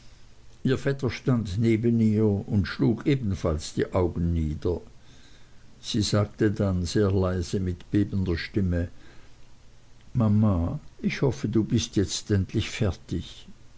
ihr vetter stand neben ihr und schlug ebenfalls die augen nieder sie sagte dann sehr leise mit bebender stimme mama ich hoffe du bist jetzt endlich fertig